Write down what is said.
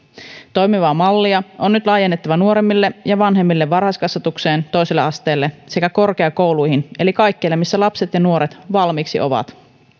toimivaa mallia on nyt laajennettava nuoremmille ja vanhemmille varhaiskasvatukseen toiselle asteelle sekä korkeakouluihin eli kaikkialle missä lapset ja nuoret valmiiksi ovat